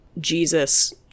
Jesus